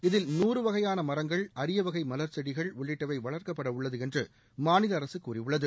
இதில் நூறு வகையான மரங்கள் அரியவகை மலர்ச்செடிகள் உள்ளிட்டவை வளர்க்கப்படவுள்ளது என்று மாநில அரசு கூறியுள்ளது